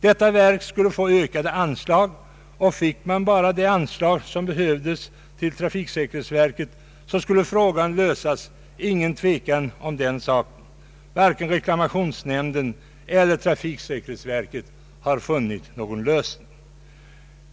Detta verk skulle få ökade anslag, och fick man bara de anslag som behövdes till trafiksäkerhetsverket skulle frågan lösas — inget tvivel om den saken. Varken reklamationsnämnden eller trafiksäkerhetsverket har dock funnit någon lösning.